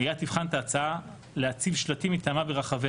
העירייה תבחן את ההצעה להציב שלטים מטעמה ברחבי